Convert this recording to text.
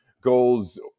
goals